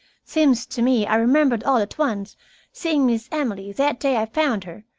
seems to me i remembered all at once seeing miss emily, that day i found her,